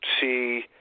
see